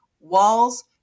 Walls